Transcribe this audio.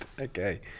Okay